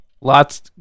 Lots